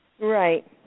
Right